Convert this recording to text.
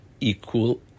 equal